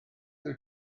wyt